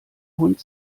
hund